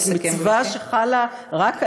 זו מצווה שחלה רק עלינו,